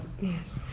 Yes